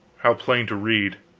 how plain to read!